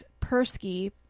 Persky